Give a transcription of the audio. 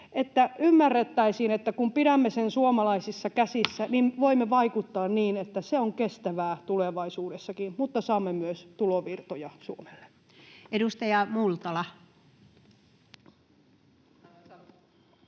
ymmärrettäisiin, että kun pidämme sen suomalaisissa käsissä, niin voimme vaikuttaa niin, että se on kestävää tulevaisuudessakin mutta saamme myös tulovirtoja Suomelle. [Speech 7] Speaker: